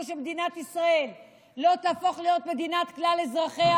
שמדינת ישראל לא תהפוך למדינת כלל אזרחיה,